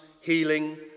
healing